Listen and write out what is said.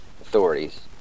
authorities